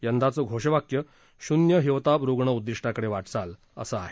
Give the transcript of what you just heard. यंदाचं घोष वाक्य शून्य हिवताप रुग्ण उद्दिष्टाकडे वाटचाल असं आहे